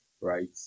right